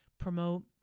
promote